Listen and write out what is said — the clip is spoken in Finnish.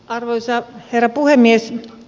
arvoisa herra puhemies